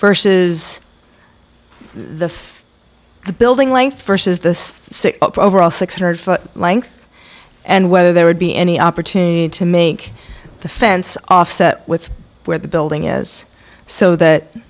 verses the the building life versus the six up overall six hundred foot length and whether there would be any opportunity to make the fence offset with where the building is so that